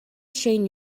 shane